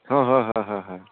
হয় হয় হয় হয় হয়